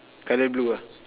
colour blue ah